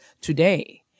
today